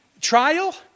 trial